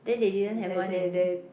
then they didn't have one in